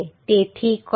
તેથી કલમ 7